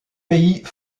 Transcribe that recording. pays